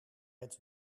het